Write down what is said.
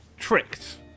tricked